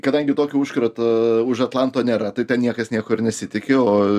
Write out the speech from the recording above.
kadangi tokio užkrato už atlanto nėra tai ten niekas nieko ir nesitiki o